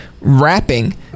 rapping